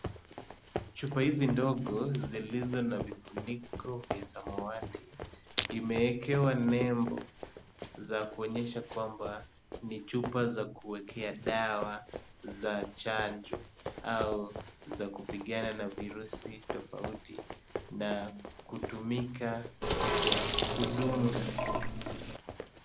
Chupa hizi ndogo zilizo na vifuniko za samawati imeekewa nembo za kuonyesha kwamba ni chupa za kuekea dawa za chanjo au za kupigana na virusi tofauti na kutumika kwa kudunga.